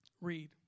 Read